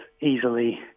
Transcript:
easily